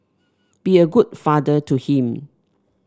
be a good father to him